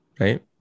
Right